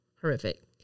horrific